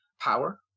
power